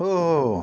हो हो हो